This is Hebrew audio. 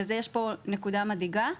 ויש פה נקודה מדאיגה.